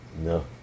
No